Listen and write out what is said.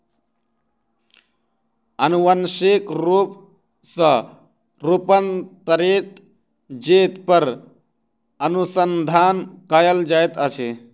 अनुवांशिक रूप सॅ रूपांतरित जीव पर अनुसंधान कयल जाइत अछि